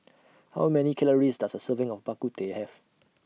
How Many Calories Does A Serving of Bak Kut Teh Have